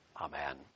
Amen